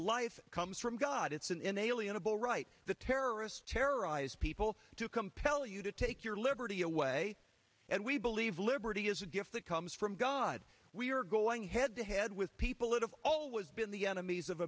life comes from god it's an inalienable right the terrorists terrorize people to compel you to take your liberty away and we believe liberty is a gift that comes from god we are going head to head with people who have always been the enemies of